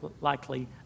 Likely